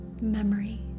memory